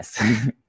Yes